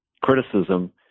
criticism